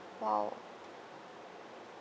!wow!